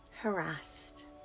harassed